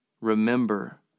Remember